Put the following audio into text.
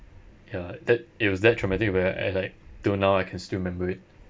ya that it was that traumatic where I like till now I can still remember it